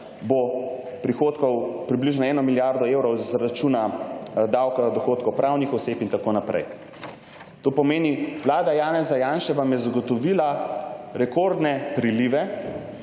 bo prihodkov približno eno milijardo evrov z računa davka na dohodkov pravnih oseb in tako naprej. To pomeni, Vlada Janeza Janše vam je zagotovila rekordne prilive,